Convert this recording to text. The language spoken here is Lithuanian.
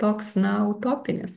toks na utopinis